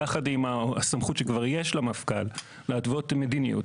יחד עם הסמכות שכבר יש למפכ"ל להתוות מדיניות,